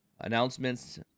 announcements